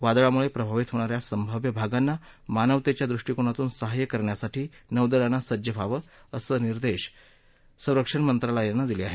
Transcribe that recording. वादळामुळे प्रभावित होणा या संभाव्य भागांना मानवतेच्या दृष्टीकोणातून सहाय्य करण्यासाठी नौदलानं सज्ज रहावं असे निर्देश संरक्षण मंत्रालयानं दिले आहेत